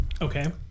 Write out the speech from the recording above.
okay